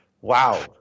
Wow